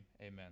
Amen